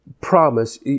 promise